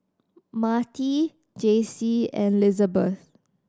Marti Jaycie and Lizabeth